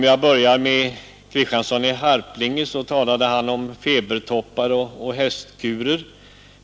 Jag börjar med att kommentera herr Kristiansson i Harplinge som bl.a. talade om febertoppar och hästkurer.